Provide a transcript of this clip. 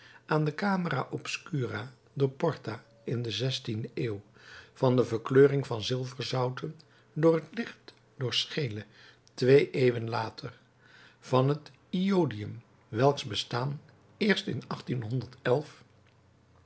aan de camera obscura door porta in de zestiende eeuw van de verkleuring van zilverzouten door het licht door scheele twee eeuwen later van het iodium welks bestaan eerst in